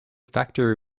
factory